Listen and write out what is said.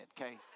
okay